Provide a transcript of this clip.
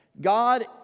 God